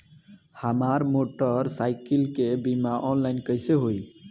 हमार मोटर साईकीलके बीमा ऑनलाइन कैसे होई?